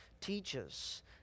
teaches